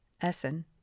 Essen